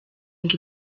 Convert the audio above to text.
ngo